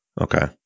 Okay